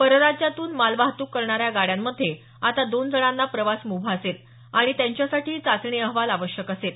परराज्यातून माल वाहतूक करणाऱ्या गाड्यांमध्ये आता दोन जणांना प्रवास मुभा असेल आणि त्यांच्यासाठीही चाचणी अहवाल आवश्यक असेल